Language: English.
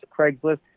Craigslist